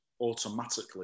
automatically